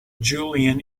jillian